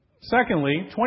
Secondly